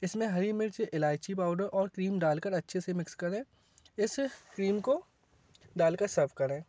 इसमें हरी मिर्च इलाईची पाउडर और क्रीम डालकर अच्छे से मिक्स करें इस क्रीम को डालकर सर्व करें